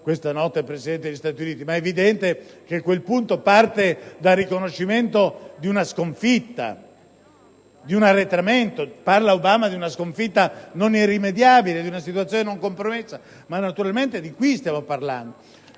questa notte il Presidente degli Stati Uniti, ma è evidente che parte dal riconoscimento di una sconfitta, di un arretramento. Obama parla di una sconfitta non irrimediabile, di una situazione non compromessa, ma naturalmente di questo parla.